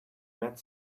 met